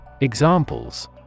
Examples